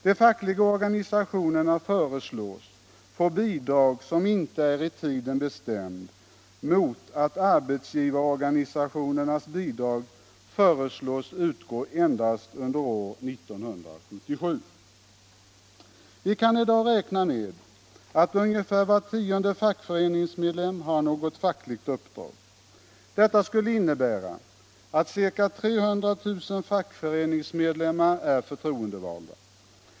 De fackliga organisationerna föreslås få bidrag som inte är i tiden bestämt mot att arbetsgivarorganisationernas bidrag föreslås utgå endast under år 1977. Vi kan i dag räkna med att ungefär var tionde fackföreningsmedlem har något fackligt uppdrag. Detta skulle innebära att ca 300 000 fackföreningsmedlemmar är förtroendevalda.